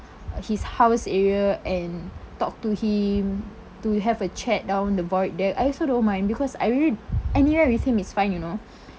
his house area and talk to him to have a chat down the void deck I also don't mind because I really anywhere with him is fine you know